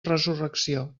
resurrecció